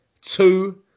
two